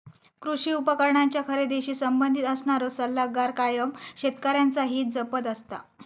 कृषी उपकरणांच्या खरेदीशी संबंधित असणारो सल्लागार कायम शेतकऱ्यांचा हित जपत असता